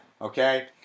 okay